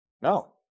No